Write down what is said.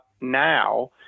now